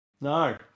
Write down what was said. No